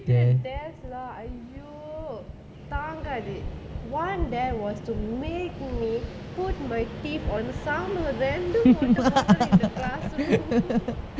stupid desk lah !aiyo! தாங்காது:thaangaathu was to make me put my teeth on some of them ரெண்டு போட்டு:rendu pottu over in the classroom